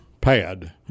pad